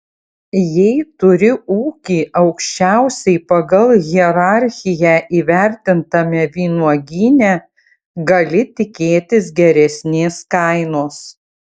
jei turi ūkį aukščiausiai pagal hierarchiją įvertintame vynuogyne gali tikėtis geresnės kainos